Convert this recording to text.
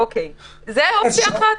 זו אופציה אחת.